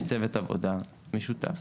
יש צוות עבודה משותף,